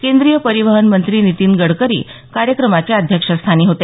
केंद्रीय परिवहन मंत्री नितीन गडकरी कार्यक्रमाच्या अध्यक्षस्थानी होते